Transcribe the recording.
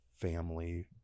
family